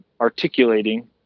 articulating